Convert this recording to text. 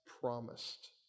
promised